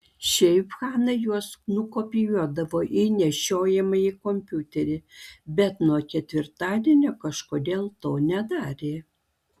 šiaip hana juos nukopijuodavo į nešiojamąjį kompiuterį bet nuo ketvirtadienio kažkodėl to nedarė